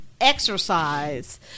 exercise